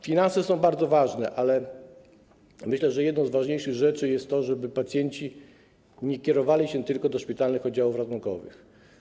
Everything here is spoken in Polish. Finanse są bardzo ważne, ale myślę, że jedną z ważniejszych rzeczy jest to, żeby pacjenci nie kierowali się tylko do szpitalnych oddziałów ratunkowych.